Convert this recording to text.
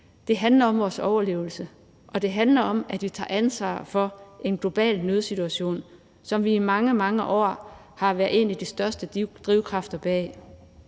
Det handler om vores overlevelse, og det handler om, at vi tager ansvar for en global nødsituation, som vi i mange, mange år har været en af de største drivkræfter bag.